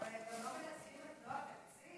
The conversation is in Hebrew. אבל הם גם לא מנצלים את מלוא התקציב.